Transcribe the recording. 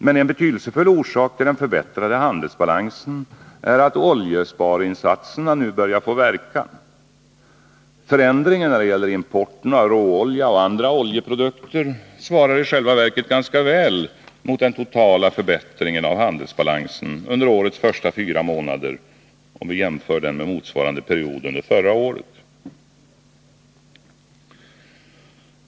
Men en betydelsefull orsak till den förbättrade handelsbalansen är att oljesparinsatserna nu börjar få verkan. Förändringen när det gäller importen av råolja och andra oljeprodukter svarar i själva verket ganska väl mot den totala förbättringen av handelsbalansen under årets första fyra månader om vi jämför med motsvarande period förra året.